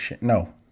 No